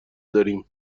داریم